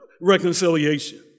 reconciliation